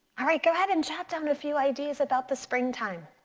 all right, go ahead and jot down a few ideas about the springtime.